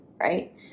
right